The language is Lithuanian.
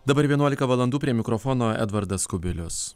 dabar vienuolika valandų prie mikrofono edvardas kubilius